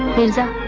mirza,